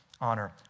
honor